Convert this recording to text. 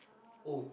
oh